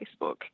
Facebook